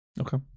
Okay